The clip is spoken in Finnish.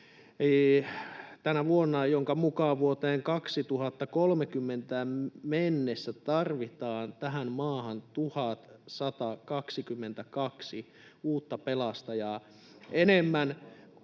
selvityksen, jonka mukaan vuoteen 2030 mennessä tarvitaan tähän maahan 1 122 uutta pelastajaa enemmän